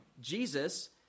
Jesus